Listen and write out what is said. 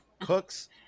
Cooks